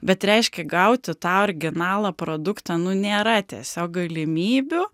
bet reiškia gauti tą originalą produktą nu nėra tiesiog galimybių